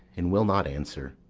and will not answer.